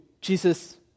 Jesus